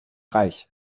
reich